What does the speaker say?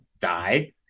die